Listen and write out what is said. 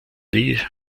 lee